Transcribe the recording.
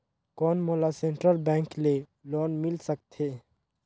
कौन मोला central bank ले लोन मिल सकथे?